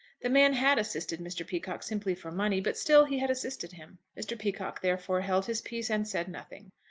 the man had assisted mr. peacocke simply for money but still he had assisted him. mr. peacocke therefore held his peace and said nothing.